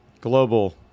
global